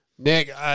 Nick